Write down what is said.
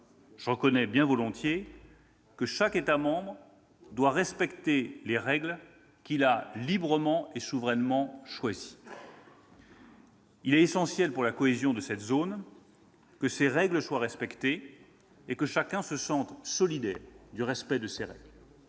Je reconnais bien volontiers que chaque État doit respecter les règles qu'il a librement et souverainement choisies. Il est essentiel, pour la cohésion de la zone, que ces règles soient respectées et que chacun se sente solidaire de leur respect, mais il est